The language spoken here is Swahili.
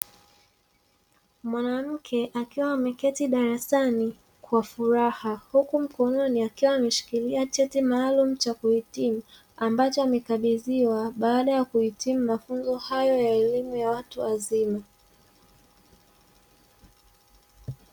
Mwanamke akiwa ameketi darasani kwa furaha, huku mkononi akiwa ameshikilia cheti maalumu cha kuhitimu; ambacho amekabidhiwa baada ya kuhitimu mafunzo hayo ya elimu ya watu wazima.